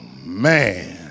man